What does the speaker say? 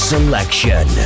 Selection